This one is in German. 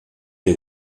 der